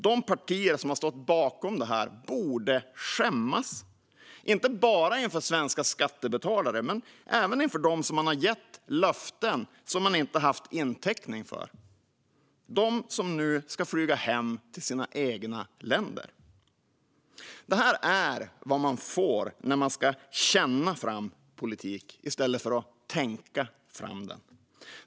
De partier som har stått bakom detta borde skämmas, inte bara inför svenska skattebetalare utan även inför dem man har gett löften som man inte har haft täckning för - de som nu ska flyga hem till sina egna länder. Det här är vad man får när man ska känna fram politik i stället för att tänka fram den.